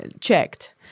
checked